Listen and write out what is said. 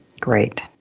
Great